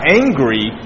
angry